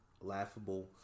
laughable